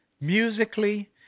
musically